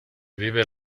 vive